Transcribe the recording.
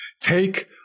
take